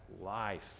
life